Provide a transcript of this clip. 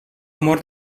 amor